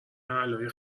اعلای